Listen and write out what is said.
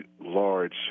large